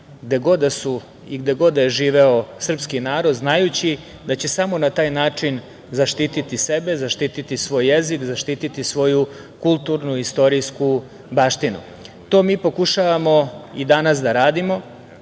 gde god da je živeo srpski narod, znajući da će samo na taj način zaštiti sebe, zaštiti svoj jezik, zaštiti svoju kulturnu i istorijsku baštinu. To mi pokušavamo i danas da radimo